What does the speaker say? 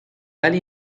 ولی